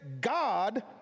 God